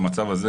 במצב הזה,